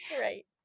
Right